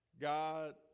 God